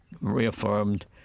reaffirmed